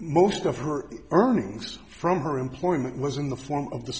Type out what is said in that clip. most of her earnings from her employment was in the form of the